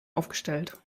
aufgestellt